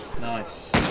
Nice